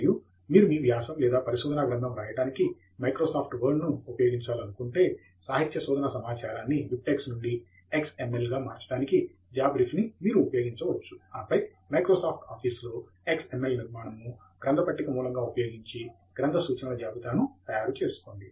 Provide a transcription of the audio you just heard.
మరియు మీరు మీ వ్యాసం లేదా పరిశోధనా గ్రంధం రాయడానికి మైక్రోసాఫ్ట్ వర్డ్ ను ఉపయోగించాలనుకుంటే సాహిత్య శోధన సమాచారాన్ని బిబ్టెక్స్ నుండి ఎక్స్ ఎం ఎల్ గా మార్చడానికి జాబ్ రిఫ్ ని మీరు ఉపయోగించవచ్చు ఆపై మైక్రోసాఫ్ట్ ఆఫీసులో ఎక్స్ ఎం ఎల్ నిర్మాణము ను గ్రంథ పట్టిక మూలంగా ఉపయోగించి గ్రంథ సూచనల జాబితాను తయారు చేసుకోండి